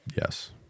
yes